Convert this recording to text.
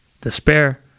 despair